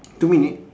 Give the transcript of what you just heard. two minute